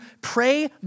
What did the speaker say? pray